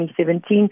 2017